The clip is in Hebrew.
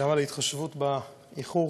גם על ההתחשבות באיחור.